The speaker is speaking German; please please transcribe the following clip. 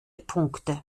punkte